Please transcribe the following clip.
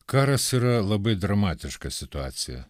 karas yra labai dramatiška situacija